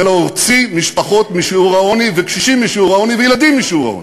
ולהוציא משפחות משיעור העוני וקשישים משיעור העוני וילדים משיעור העוני.